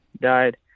died